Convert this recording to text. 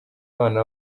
abana